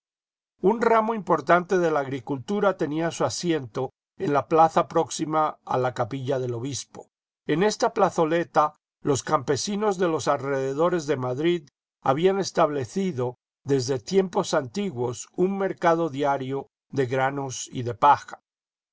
un ramo importante de la agricultura tenía su asiento en la plaza próxima a la capilla del obispo en esta plazoleta los campesinos de los alrededores de madrid habían establecido desde tiempos antiguos un mercado diario de granos y de paja